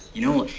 you know,